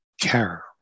care